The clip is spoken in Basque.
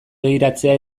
begiratzea